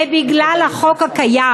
זה בגלל החוק הקיים.